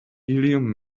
helium